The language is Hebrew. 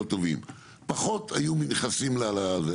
כמו שאנחנו קוראים להם.